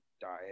diet